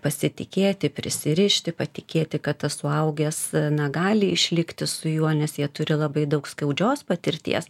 pasitikėti prisirišti patikėti kad tas suaugęs negali išlikti su juo nes jie turi labai daug skaudžios patirties